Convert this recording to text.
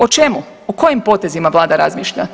O čemu, o kojim potezima vlada razmišlja?